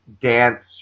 dance